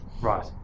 Right